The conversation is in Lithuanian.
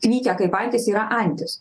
kvykia kaip antis yra antis